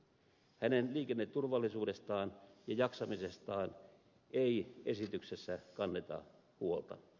hänen liikenneturvallisuudestaan ja jaksamisestaan ei esityksessä kanneta huolta